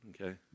okay